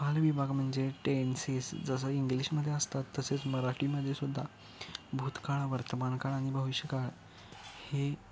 कालविभाग म्हणजे टेन्सीस जसं इंग्लिशमध्ये असतात तसेच मराठीमध्येसुद्धा भूतकाळ वर्तमानकाळ आणि भविष्यकाळ हे